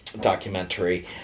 documentary